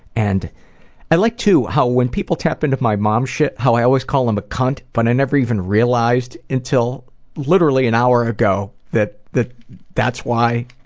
and i like, too, how when people tap into my mom's shit, how i always call them a cunt, but i never even realized until literally an hour ago that that's why.